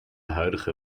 huidige